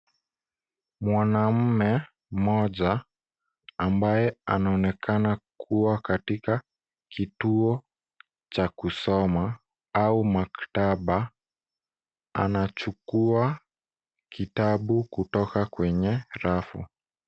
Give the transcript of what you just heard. Mwanamume mmoja ambaye anaonekana kuwa katika kituo cha kusoma au maktaba, anachukua kitabu kutoka kwenye rafu.